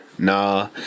Nah